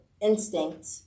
instinct